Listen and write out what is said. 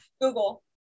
Google